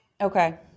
Okay